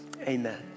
amen